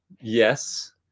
Yes